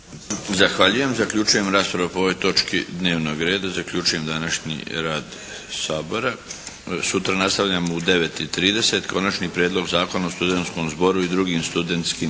Zahvaljujem. Zaključujem raspravu po ovoj točki dnevnog reda. Zaključujem današnji rad Sabora. Sutra nastavljamo u 9 i 30. Konačni prijedlog Zakona o studenskom zboru i drugim studenskim